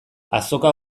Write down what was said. azoka